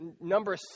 number